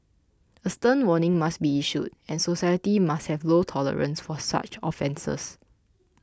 a stern warning must be issued and society must have low tolerance for such offences